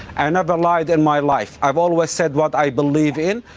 i never lied in my life, i've always said what i believe in,